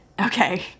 Okay